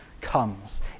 comes